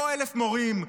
לא 1,000 מורים,